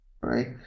right